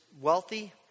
wealthy